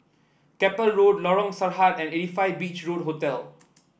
Keppel Road Lorong Sarhad and eight five Beach Road Hotel